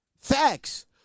Facts